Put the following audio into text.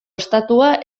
estatua